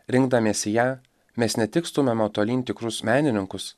rinkdamiesi ją mes ne tik stumiame tolyn tikrus menininkus